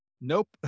Nope